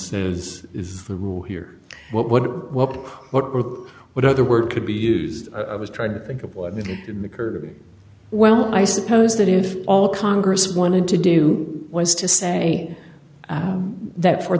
says is the rule here what what what what what other word could be used was tried to think of what the kirby well i suppose that if all congress wanted to do was to say that for